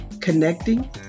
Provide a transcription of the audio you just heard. connecting